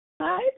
Hi